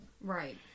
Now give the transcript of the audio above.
Right